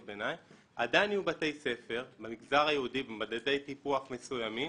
ביניים עדיין יהיו בתי ספר במגזר היהודי במדדי טיפוח מסוימים